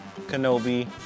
Kenobi